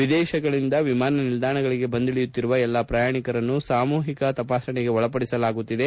ವಿದೇಶಗಳಿಂದ ವಿಮಾನ ನಿಲ್ದಾಣಗಳಿಗೆ ಬಂದಿಳಿಯುತ್ತಿರುವ ಎಲ್ಲಾ ಪ್ರಯಾಣಿಕರನ್ನು ಸಾಮೂಹಿಕ ತಪಾಸಣೆಗೆ ಒಳಪಡಿಸಲಾಗುತ್ತಿದೆ